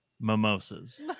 mimosas